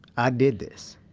i did this.